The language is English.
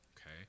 okay